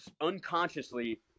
unconsciously